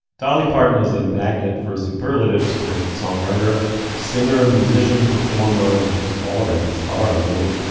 dolly parton is a magnet for superlatives. great songwriter singer a musician performer and just all around star really.